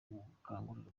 gukangurira